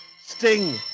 Sting